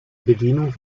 bedienung